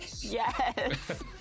Yes